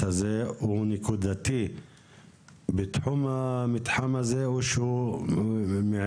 הזה הוא נקודתי בתחום המתחם הזה או שהוא מעבר?